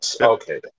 okay